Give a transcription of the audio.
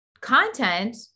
content